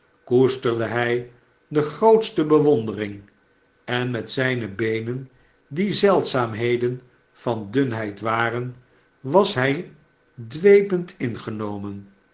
koesterde hii de grootste bewondering en met zijne beenen die zeldzaamheden van dunheid waren was hij dweepend ingenomea